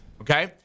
okay